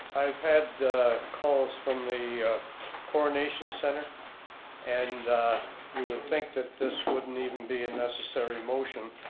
i've had calls from the coronation center and you would think that this wouldn't even be a necessary motion,